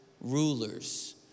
rulers